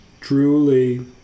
Truly